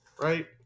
right